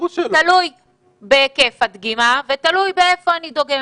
תלוי בהיקף הדגימה ותלוי איפה אני דוגמת.